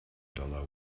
dollar